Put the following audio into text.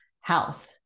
health